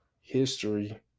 history